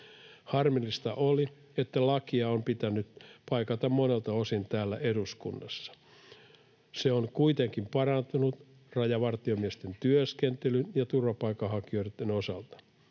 Harmillista oli, että lakia on pitänyt paikata monelta osin täällä eduskunnassa. Se on kuitenkin parantunut rajavartiomiesten työskentelyn ja turvapaikanhakijoitten osalta,